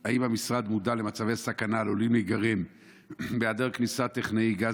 2. האם המשרד מודע למצבי סכנה העלולים להיגרם בהיעדר כניסת טכנאי גז,